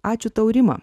ačiū tau rima